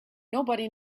nobody